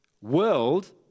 world